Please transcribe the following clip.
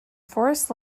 forest